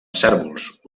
cérvols